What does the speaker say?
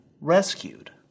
rescued